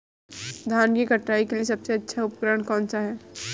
धान की कटाई के लिए सबसे अच्छा उपकरण कौन सा है?